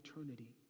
eternity